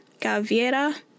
Gaviera